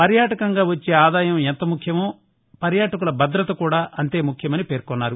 పర్యాటకంగా వచ్చే ఆదాయం ఎంత ముఖ్యమో పర్యాటకుల భద్రత అంతే ముఖ్యమన్నారు